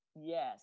Yes